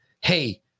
hey